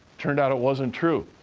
turned out it wasn't true,